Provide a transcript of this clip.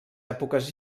èpoques